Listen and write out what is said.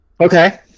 Okay